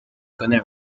connaît